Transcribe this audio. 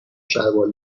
شلوار